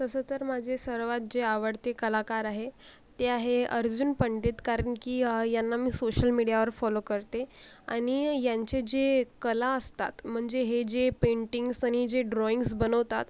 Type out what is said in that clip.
तसं तर माझे सर्वात जे आवडते कलाकार आहे ते आहे अर्जुन पंडित कारण की यांना मी सोशल मीडियावर फॉलो करते आणि यांचे जे कला असतात म्हणजे हे जे पेंटिंग्स आणि जे ड्रॉईंग्स बनवतात